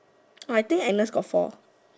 orh I think Agnes got four